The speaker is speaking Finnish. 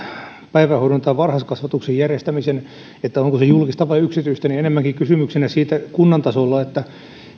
päivähoidon tai varhaiskasvatuksen järjestämisen onko se julkista vai yksityistä kunnan tasolla enemmänkin kysymyksenä siitä että